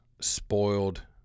spoiled